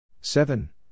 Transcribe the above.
seven